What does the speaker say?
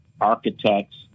architects